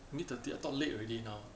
mid thirties I thought late already now